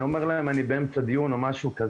אני אומר להם 'אני באמצע דיון אני מבקש,